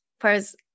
Whereas